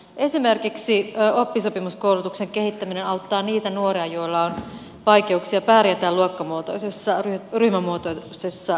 esimerkiksi oppisopimuskoulutuksen kehittäminen auttaa niitä nuoria joilla on vaikeuksia pärjätä luokkamuotoisessa ryhmämuotoisessa opetuksessa